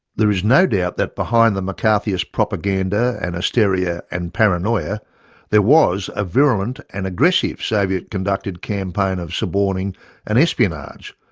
there is no doubt that behind the mccarthyist propaganda and hysteria and paranoia there was a virulent and aggressive soviet-conducted campaign of suborning and espionage.